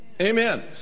Amen